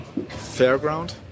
Fairground